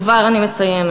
כבר אני מסיימת.